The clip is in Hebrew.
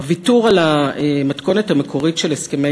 הוויתור על המתכונת המקורית של הסכמי